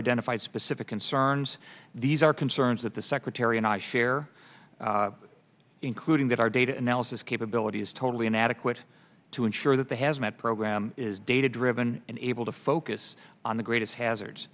identified specific concerns these are concerns that the secretary and i share including that our data analysis capability is totally inadequate to ensure that the hazmat program is data driven and able to focus on the greatest hazards